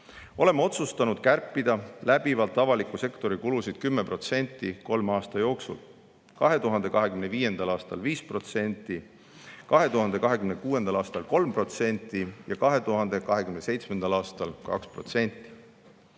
Oleme otsustanud läbivalt kärpida avaliku sektori kulusid 10% kolme aasta jooksul: 2025. aastal 5%, 2026. aastal 3% ja 2027. aastal 2%.